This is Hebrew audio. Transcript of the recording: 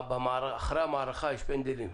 אחרי המערכה יש פנדלים.